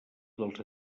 dels